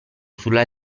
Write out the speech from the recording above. sulla